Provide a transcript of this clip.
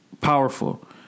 powerful